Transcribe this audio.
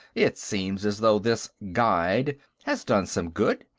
it seems as though this guide has done some good,